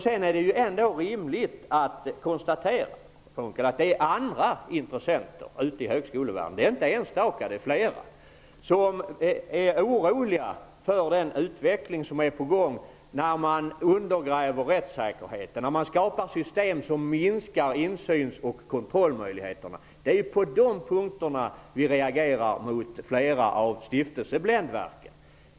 Sedan är det ändå rimligt att konstatera att det finns andra intressenter ute i högskolevärlden -- inte enstaka, utan flera -- som är oroliga för den utveckling som är på gång, när man undergräver rättssäkerheten, när man skapar system som minskar insyns och kontrollmöjligheterna. Det är på de punkterna vi reagerar mot flera av stiftelsebländverken.